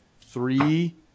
three